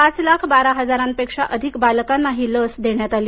पाच लाख बारा हजारांपेक्षा अधिक बालकांना ही लस देण्यात आली